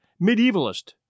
medievalist